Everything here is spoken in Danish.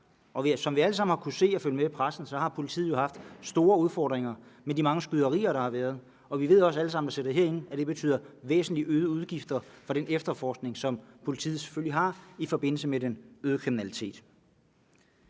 Som vi alle sammen har kunnet se ved at følge med i pressen, har politiet haft store udfordringer med de mange skyderier, der har været. Alle, der sidder herinde, ved også, at det betyder væsentlig øgede udgifter til den efterforskning, som politiet selvfølgelig har i forbindelse med den øgede kriminalitet.